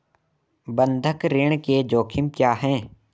बंधक ऋण के जोखिम क्या हैं?